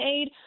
aid